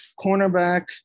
Cornerback